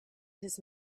his